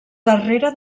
darrere